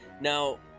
Now